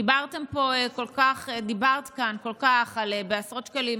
דיברת כאן הרבה על עשרות שקלים,